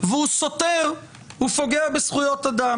והוא סותר ופוגע בזכויות אדם.